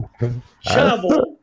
Chavo